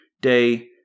day